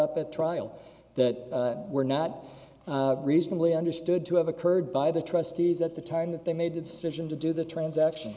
up at trial that were not reasonably understood to have occurred by the trustees at the time that they made the decision to do the transaction